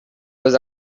was